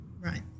Right